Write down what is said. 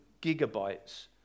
gigabytes